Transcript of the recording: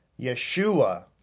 Yeshua